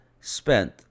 spent